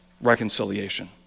reconciliation